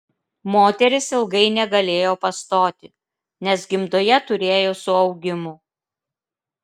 moteris ilgai negalėjo pastoti nes gimdoje turėjo suaugimų